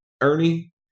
ernie